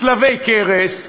צלבי קרס,